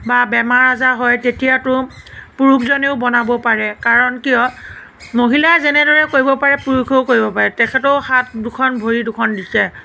বা বেমাৰ আজাৰ হয় তেতিয়াতো পুৰুষজনেও বনাব পাৰে কাৰণ কিয় মহিলাই যেনেদৰে কৰিব পাৰে পুৰুষেও কৰিব পাৰে তেখেতৰো হাত দুখন ভৰি দুখন দিছে